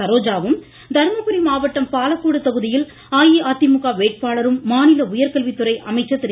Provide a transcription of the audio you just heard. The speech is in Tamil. சரோஜாவும் தர்மபுரி மாவட்டம் பாலக்கோடு தொகுதியில் அஇஅதிமுக வேட்பாளரும் மாநில உயர்கல்விதுறை அமைச்சர் திரு